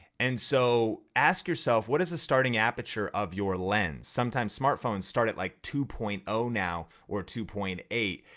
and so, ask yourself, what is the starting aperture of your lens? sometimes smartphones start at like two point zero now or two point eight,